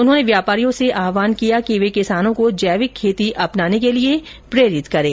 उन्होंने व्यापारियों से आहवान किया कि वे किसानों को जैविक खेती अपनाने के लिए प्रेरित करें